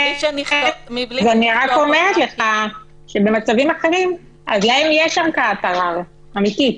אני רק אומרת לך שבמצבים אחרים עדיין יש ערכאת ערר אמיתית.